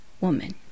Woman